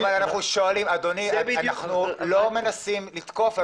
אדוני אנחנו לא מנסים לתקוף,